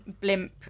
blimp